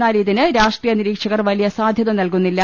എന്നാൽ ഇതിന് രാഷ്ട്രീയ നിരീക്ഷകർ വലിയ സാധ്യത നൽകുന്നില്ല